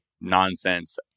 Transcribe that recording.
nonsense